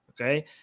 Okay